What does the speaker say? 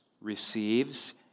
receives